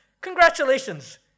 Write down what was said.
Congratulations